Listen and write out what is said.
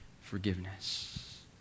forgiveness